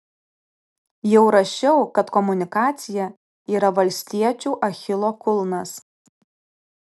jau rašiau kad komunikacija yra valstiečių achilo kulnas